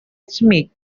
smith